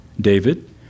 David